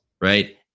right